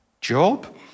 Job